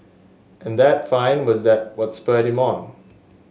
and that find was that what spurred him on